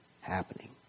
happening